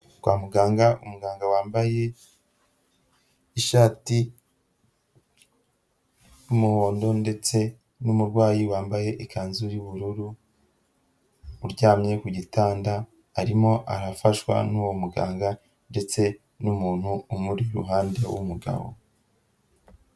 Kwa muganga, umuganga wambaye ishati y'umuhondo ndetse n'umurwayi wambaye ikanzu y'ubururu uryamye ku gitanda arimo arafashwa n'uwo muganga ndetse n'umuntu umuri iruhande w'umugabo.